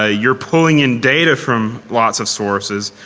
ah you're pulling in data from lots of sources.